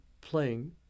playing